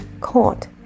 caught